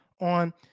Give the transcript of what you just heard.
on